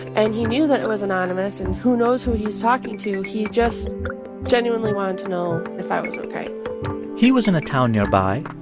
and he knew that it was anonymous. and who knows who he's talking to? he just genuinely wanted to know if i was he was in a town nearby,